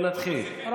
על התרגום מוסיפים.